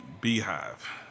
beehive